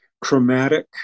chromatic